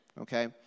Okay